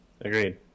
Agreed